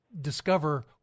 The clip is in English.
discover